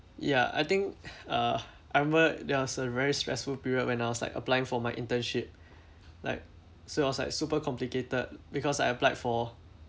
ya I think uh I remember there was a very stressful period when I was like applying for my internship like so I was like super complicated because I applied for